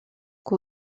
que